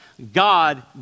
God